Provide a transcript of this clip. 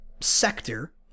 sector